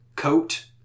coat